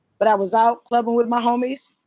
but i was out clubbing with my homies.